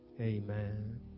Amen